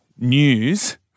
news